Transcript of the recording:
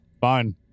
fine